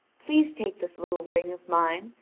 please take this little ring of mine,